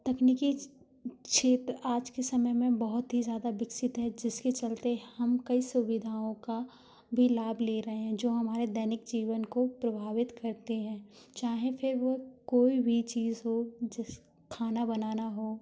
तकनीकी क्षेत्र आज के समय में बहुत ही ज़्यादा विकसित है जिसके चलते हम कई सुविधाओं का भी लाभ ले रहे हैं जो हमारे दैनिक जीवन को प्रभावित करते है चाहे वो फिर वो कोई भी चीज हो जैसे खाना बनाना हो